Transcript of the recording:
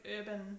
urban